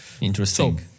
Interesting